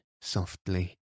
softly